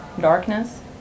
darkness